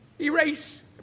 Erase